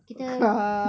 kita